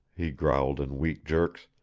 he growled in weak jerks,